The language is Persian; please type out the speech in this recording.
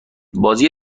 بازی